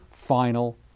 final